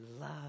love